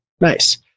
Nice